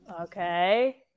Okay